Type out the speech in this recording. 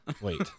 wait